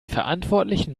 verantwortlichen